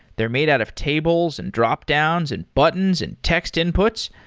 they're made out of tables, and dropdowns, and buttons, and text inputs.